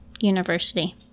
university